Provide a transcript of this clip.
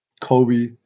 Kobe